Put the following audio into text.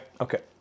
Okay